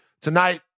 Tonight